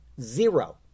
zero